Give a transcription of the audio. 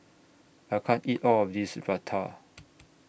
I can't eat All of This Raita